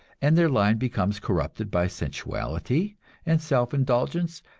and their line becomes corrupted by sensuality and self-indulgence,